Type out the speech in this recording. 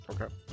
Okay